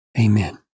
Amen